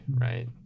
right